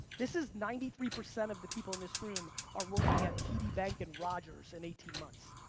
this is ninety three percent of the people in this room are working at td bank and rogers in eighteen months.